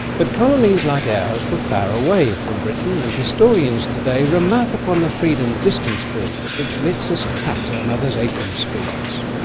but colonies like ours were far away from britain, and historians today remark upon the freedom distance brings which lets us cut our mother's apron strings.